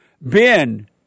Ben